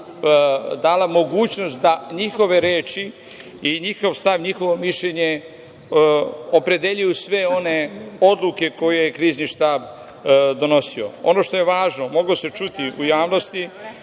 dala mogućnost da njihove reči i njihov stav, njihovo mišljenje opredeljuju sve one odluke koje je Krizni štab donosio. Ono što je važno, moglo se čuti u javnosti,